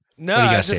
No